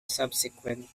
subsequent